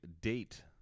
date